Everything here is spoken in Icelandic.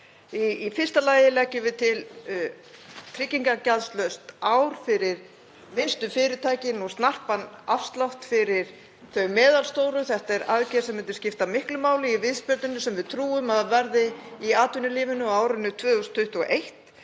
Í fyrsta lagi leggjum við til tryggingagjaldslaust ár fyrir minnstu fyrirtækin og snarpan afslátt fyrir þau meðalstóru. Það er aðgerð sem myndi skipta miklu máli í viðspyrnunni sem við trúum að verði í atvinnulífinu á árinu 2021.